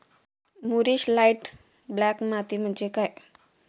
मूरिश light black माती म्हणजे काय?